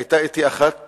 היתה אתי אחת